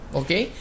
okay